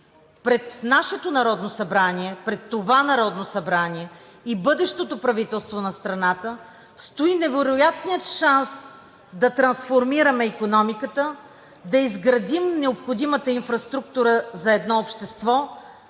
Пред нашето Народно събрание, пред това Народно събрание и бъдещото правителство на страната стои невероятният шанс да трансформираме икономиката, да изградим необходимата инфраструктура за едно общество,